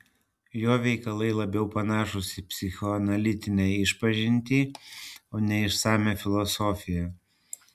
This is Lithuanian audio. jo veikalai labiau panašūs į psichoanalitinę išpažintį o ne į išsamią filosofiją